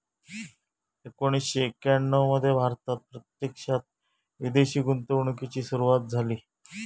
एकोणीसशे एक्याण्णव मध्ये भारतात प्रत्यक्षात विदेशी गुंतवणूकीची सुरूवात झाली